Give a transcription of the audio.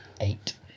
eight